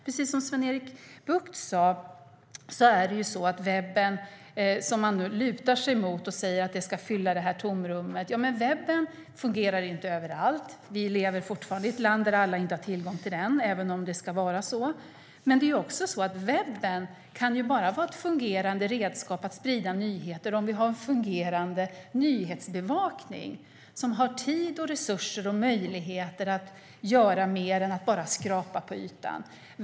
Precis som Sven-Erik Bucht sade fungerar inte webben, som man nu lutar sig emot och säger ska fylla tomrummet, överallt. Vi lever fortfarande i ett land där alla inte har tillgång till den även om det ska vara så. Det är också så att webben bara kan vara ett fungerande redskap för att sprida nyheter om vi har en fungerande nyhetsbevakning som har tid, resurser och möjlighet att göra mer än bara skrapa på ytan.